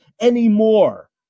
anymore